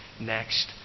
next